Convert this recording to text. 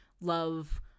love